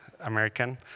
American